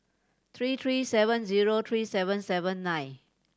three three seven zero three seven seven nine